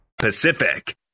Pacific